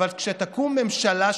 אבל כשתקום ממשלה שכזאת,